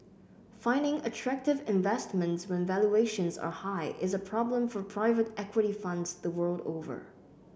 finding attractive investments when valuations are high is a problem for private equity funds the world over